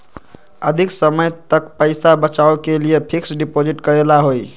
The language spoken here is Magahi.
अधिक समय तक पईसा बचाव के लिए फिक्स डिपॉजिट करेला होयई?